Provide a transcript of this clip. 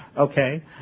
okay